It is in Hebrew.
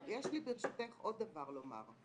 ברשותך, יש לי עוד דבר לומר.